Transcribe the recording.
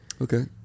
okay